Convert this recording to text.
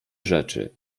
rzeczy